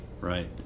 right